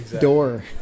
door